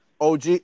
OG